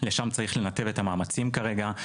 לשם צריך לנתב את המאמצים כרגע.